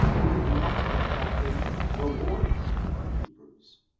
would in reality have been the lords of the hebrews.